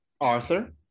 Arthur